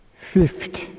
Fifth